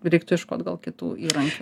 reiktų ieškot gal kitų įrankių